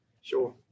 Sure